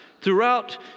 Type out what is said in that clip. throughout